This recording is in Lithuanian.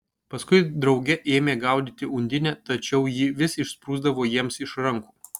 paskui drauge ėmė gaudyti undinę tačiau ji vis išsprūsdavo jiems iš rankų